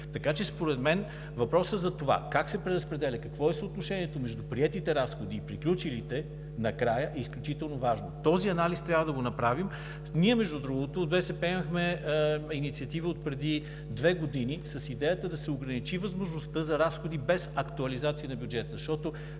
ред. Според мен въпросът за това как се преразпределят, какво е съотношението между приетите разходи и приключилите накрая е изключително важен. Този анализ трябва да го направим. Между другото, от БСП имахме инициатива отпреди две години с идеята да се ограничи възможността за разходи без актуализация на бюджета. Сами